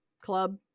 club